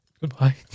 Goodbye